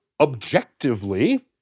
objectively